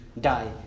die